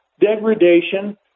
degradation